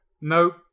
Nope